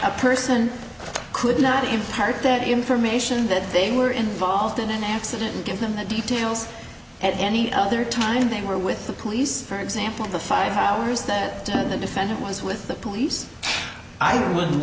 a person could not impart that information that they were involved in an accident give them the details and any other time they were with the police for example the five hours that the defendant was with the police i w